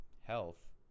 health